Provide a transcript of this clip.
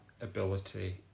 ability